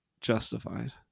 justified